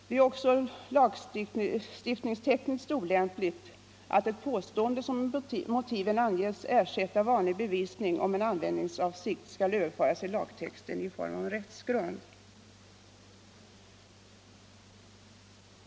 Det är också lagstiftningstekniskt olämpligt att ett påstående som i motiven anges ersätta vanlig bevisning om en användningsavsikt skall överföras till lagtexten i form av en rättsgrund.